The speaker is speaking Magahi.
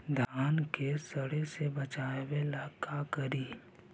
धान के सड़े से बचाबे ला का करि?